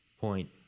point